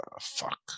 fuck